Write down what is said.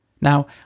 Now